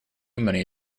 many